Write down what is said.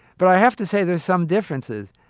but i have to say there are some differences.